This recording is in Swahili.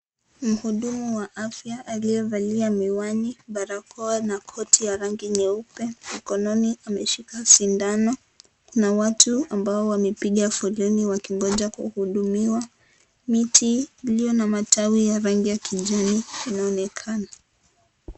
Muhudumu wa afya aliyevalia miwani, barakoa na koti ya rangi nyeupe mkononi ameshika sindano. Kuna watu ambao wamepiga foleni wakingoja kuhudumiwa. Miti iliyo na matawi ya rangi ya kijani inaonekana.